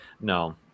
No